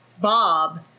Bob